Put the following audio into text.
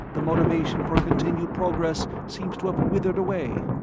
the motivation for continued progress seems to have withered away.